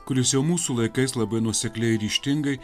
kuris jau mūsų laikais labai nuosekliai ryžtingai